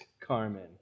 Carmen